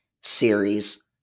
series